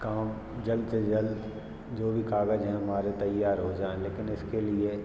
काम जल्द से जल्द जो भी काग़ज़ हैं हमारे तैयार हो जाए लेकिन इसके लिए